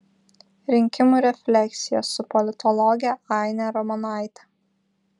rinkimų refleksija su politologe aine ramonaite